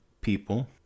people